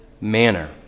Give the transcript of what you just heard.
manner